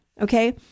okay